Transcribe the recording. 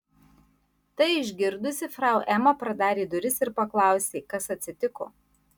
tai užgirdusi frau ema pradarė duris ir paklausė kas atsitiko